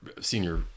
senior